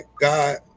God